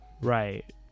Right